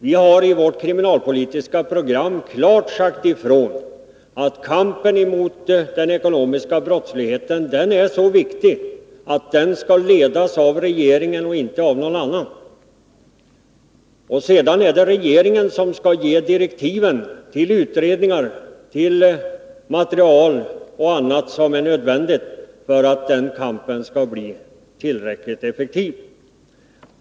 Vi har i vårt kriminalpolitiska program klart sagt ifrån att kampen mot den ekonomiska brottsligheten är så viktig att den skall ledas av regeringen och inte av någon annan. Sedan är det regeringen som skall ge direktiven till utredningar och ta fram material och annat som är nödvändigt för att kampen skall bli tillräckligt effektiv.